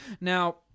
Now